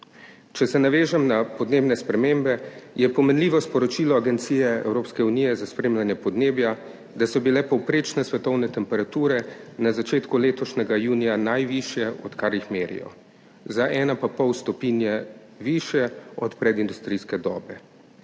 Če se navežem na podnebne spremembe, je pomenljivo sporočilo Agencije Evropske unije za spremljanje podnebja, da so bile povprečne svetovne temperature na začetku letošnjega junija najvišje, odkar jih merijo, za 1,5 stopinje višje od predindustrijske dobe.